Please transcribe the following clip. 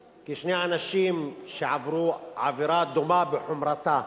כי שני אנשים שעברו עבירה דומה בחומרתה,